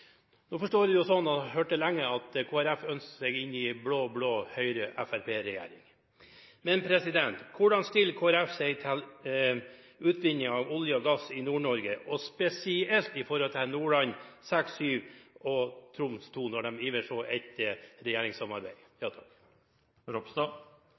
Nå forstår jeg det sånn – og har hørt det lenge – at Kristelig Folkeparti ønsker seg inn i en blå-blå Høyre- og Fremskrittspartiregjering. Men hvordan stiller Kristelig Folkeparti seg til utvinning av olje og gass i Nord-Norge, og spesielt i områdene Nordland VI og VII og Troms II, når de ivrer sånn etter regjeringssamarbeid?